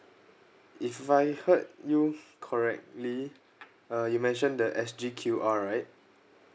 if I heard you correctly uh you mention that S_G_Q_R right